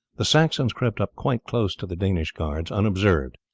the saxons crept up quite close to the danish guards unobserved.